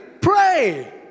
pray